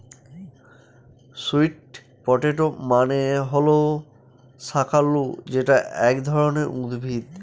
sweet potato মানে হল শাকালু যেটা এক ধরনের উদ্ভিদ